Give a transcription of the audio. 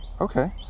Okay